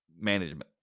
management